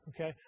Okay